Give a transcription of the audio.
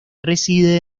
reside